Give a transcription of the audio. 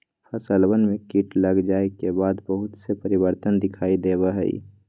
फसलवन में कीट लग जाये के बाद बहुत से परिवर्तन दिखाई देवा हई